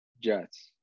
Jets